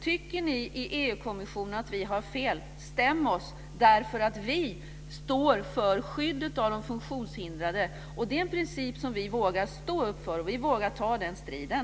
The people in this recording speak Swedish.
Tycker ni i EG-kommissionen att vi har fel, stäm oss, för vi står för skyddet av de funktionshindrade! Det är en princip som vi vågar stå upp för. Vi vågar ta den striden.